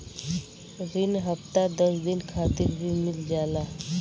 रिन हफ्ता दस दिन खातिर भी मिल जाला